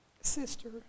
sister